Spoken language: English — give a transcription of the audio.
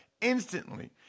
instantly